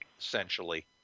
essentially